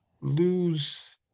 lose